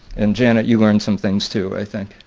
and janet you learned some things too, i think.